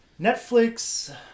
Netflix